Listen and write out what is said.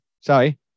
Sorry